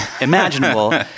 imaginable